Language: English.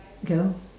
okay lah